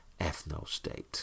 ethnostate